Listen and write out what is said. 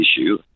issue